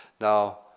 Now